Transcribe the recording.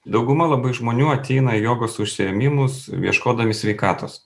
dauguma labai žmonių ateina į jogos užsiėmimus ieškodami sveikatos